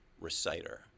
reciter